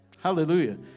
Hallelujah